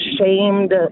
shamed